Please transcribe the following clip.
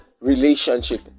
relationship